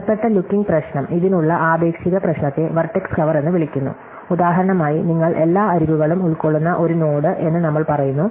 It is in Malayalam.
ബന്ധപ്പെട്ട ലുക്കിംഗ് പ്രശ്നം ഇതിനുള്ള ആപേക്ഷിക പ്രശ്നത്തെ വെർട്ടെക്സ് കവർ എന്ന് വിളിക്കുന്നു ഉദാഹരണമായി നിങ്ങൾ എല്ലാ അരികുകളും ഉൾക്കൊള്ളുന്ന ഒരു നോഡ് എന്ന് നമ്മൾ പറയുന്നു